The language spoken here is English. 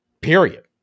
Period